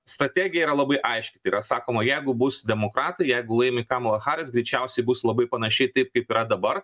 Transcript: strategija yra labai aiški tai yra sakoma jeigu bus demokratai jeigu laimi kamala haris greičiausiai bus labai panašiai taip kaip yra dabar